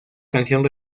canción